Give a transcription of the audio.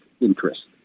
interest